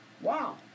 Wow